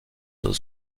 aux